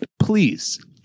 Please